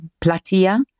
platia